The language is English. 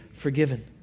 forgiven